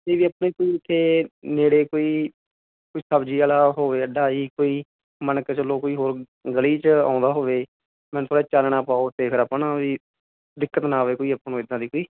ਕੋਲ ਅਤੇ ਨੇੜੇ ਕੋਈ ਸਬਜ਼ੀ ਵਾਲਾ ਹੋਵੇ ਅੱਡਾ ਜੀ ਕੋਈ ਮੰਨ ਕੇ ਚਲੋ ਕੋਈ ਹੋਰ ਗਲੀ ਚ ਆਉਂਦਾ ਹੋਵੇ ਮੈਨੂੰ ਥੋੜ੍ਹਾ ਚਾਨਣਾ ਪਾਓ ਅਤੇ ਫਿਰ ਆਪਣਾ ਵੀ ਦਿੱਕਤ ਨਾ ਆਵੇ ਕੋਈ ਆਪਾਂ ਨੂੰ ਇੱਦਾਂ ਦੀ ਕੋਈ